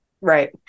Right